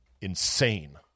insane